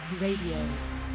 Radio